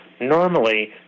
Normally